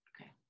okay